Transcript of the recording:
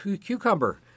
cucumber